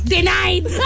Denied